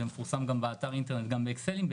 זה מפורסם גם באתר האינטרנט גם באקסלים,